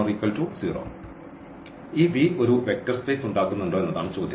ഈ V ഒരു vector space ഉണ്ടാക്കുന്നുണ്ടോ എന്നതാണ് ചോദ്യം